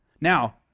Now